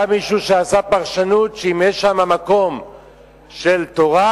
בא מישהו שעשה פרשנות שאם יש שם מקום של תורה,